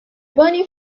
burning